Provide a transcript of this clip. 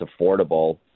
affordable